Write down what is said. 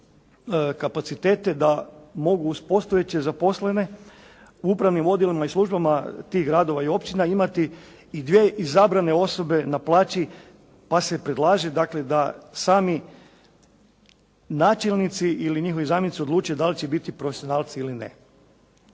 da mogu uz postojeće zaposlene u upravnim odjelima i službama tih gradova i općina imati i dvije izabrane osobe na plaći pa se predlaže dakle da sami načelnici ili njihovi zamjenici odluče da li će biti profesionalci ili ne.